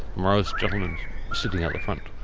morose gentleman sitting out the front.